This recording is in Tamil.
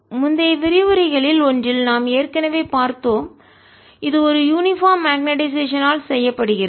முந்தைய விரிவுரைகளில் ஒன்றில் நாம் ஏற்கனவே பார்த்தோம் இது ஒரு யூனிபார்ம் மக்னெட்டைசேஷன் ஆல் சீரான காந்தமாக்கல் செ ய்யப்படுகிறது